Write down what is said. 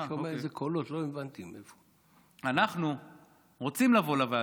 אנחנו רוצים לבוא לוועדות,